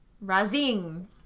razing